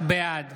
בעד